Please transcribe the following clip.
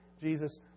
Jesus